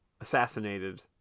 assassinated